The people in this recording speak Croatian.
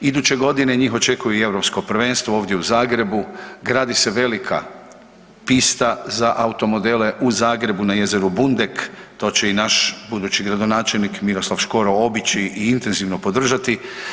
Iduće godine njih očekuje njih očekuje i Europsko prvenstvo ovdje u Zagrebu, gradi se velika pista za automodele u Zagrebu na jezeru Bundek, to će i naš budući gradonačelnik Miroslav Škoro obići i intenzivno podržati.